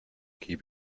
keep